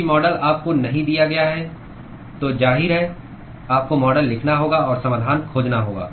यदि मॉडल आपको नहीं दिया गया है तो जाहिर है आपको मॉडल लिखना होगा और समाधान खोजना होगा